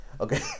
Okay